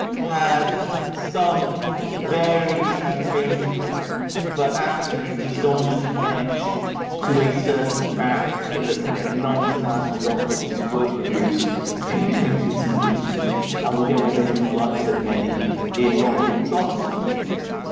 has some very tangential but actually dishonest connection to a certain fact, in that, you know, ninety thousand documents were produced in clinton's impeachment and we don't have anything like so many in donald trump's impeachment,